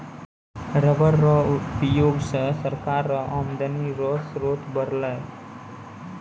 rubber रो उयोग से सरकार रो आमदनी रो स्रोत बरलै